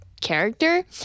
Character